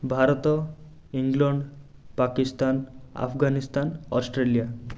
Bharat England Pakistan Afghanistan Australia